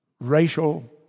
racial